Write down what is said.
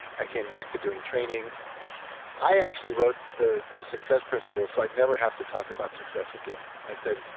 i came back to doing trainings i actually wrote the the success principles so i'd never have to talk about success again. i said,